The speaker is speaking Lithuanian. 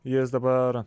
jis dabar